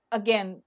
again